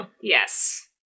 Yes